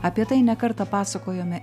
apie tai ne kartą pasakojome